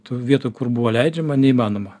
tų vietų kur buvo leidžiama neįmanoma